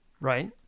Right